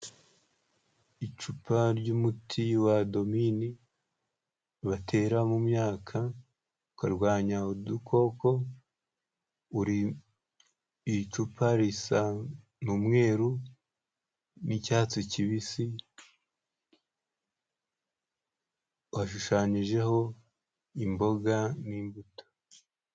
Icupa ry'umuti wa domini batera mu myaka ukarwanya udukoko. Uri icupa risa n'umweru n'icyatsi kibisi washushanijeho imboga n'imbuto.